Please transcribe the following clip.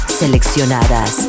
seleccionadas